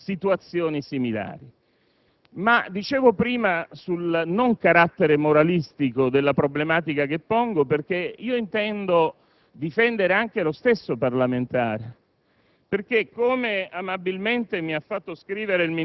tanti stigmatizzano, avendo vicino a loro situazioni similari. Ma dicevo prima del carattere non moralistico della problematica che pongo, perché intendo difendere anche lo stesso parlamentare.